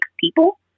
people